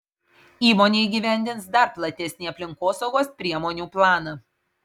įmonė įgyvendins dar platesnį aplinkosaugos priemonių planą